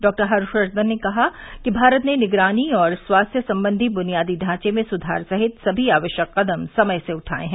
डॉ हर्षवर्धन ने कहा कि भारत ने निगरानी और स्वास्थ्य संबंधी बुनियादी ढांचे में सुधार सहित सभी आवश्यक कदम समय से उठाये हैं